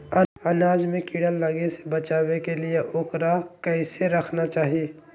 अनाज में कीड़ा लगे से बचावे के लिए, उकरा कैसे रखना चाही?